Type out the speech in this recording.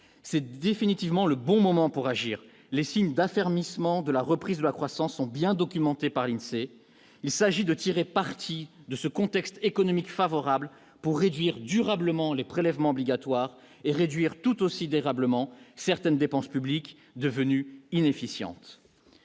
c'est définitivement le bon moment pour agir, les signes d'affermissement de la reprise de la croissance sont bien documentés par une c'est : il s'agit de tirer parti de ce contexte économique favorable pour réduire durablement les prélèvements obligatoires et réduire tout aussi d'agréablement certaines dépenses publiques, devenue inefficience.